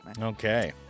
Okay